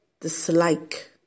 dislike